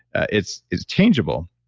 it's it's changeable.